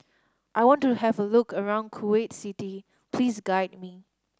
I want to have a look around Kuwait City please guide me